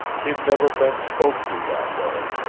he'd never been spoke to that way.